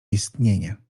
istnienie